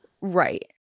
Right